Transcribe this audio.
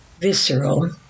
visceral